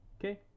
okay